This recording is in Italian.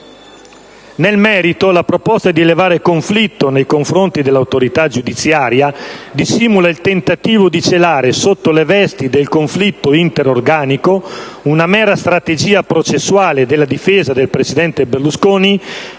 Nel merito, la proposta di elevare conflitto nei confronti dell'autorità giudiziaria (nella specie, la Procura di Milano) dissimula il tentativo di celare, sotto le vesti del conflitto interorganico, una mera strategia processuale della difesa del presidente Berlusconi,